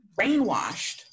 brainwashed